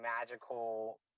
magical